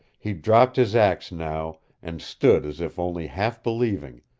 he dropped his axe now and stood as if only half believing,